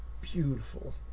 beautiful